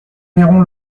verrons